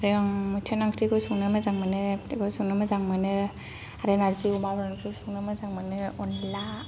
आरो आं मैथा ना ओंख्रिखौ संनो मोजां मोनो ओंख्रिखौ संनो मोजां मोनो आरो नारजि अमा ओंख्रिखौ संनो मोजां मोनो अनद्ला